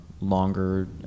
longer